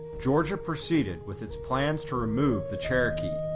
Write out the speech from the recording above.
georgia proceeded with its plans to remove the cherokee.